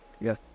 Yes